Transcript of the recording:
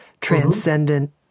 transcendent